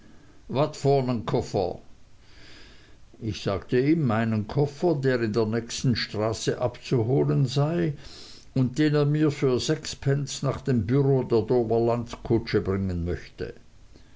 koffer ich sagte ihm meinen koffer der in der nächsten straße abzuholen sei und den er mir für sechs pence nach dem bureau der dover landkutsche bringen möchte